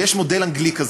ויש מודל אנגלי כזה,